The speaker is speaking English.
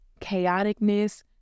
chaoticness